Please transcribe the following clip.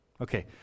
Okay